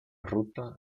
ruta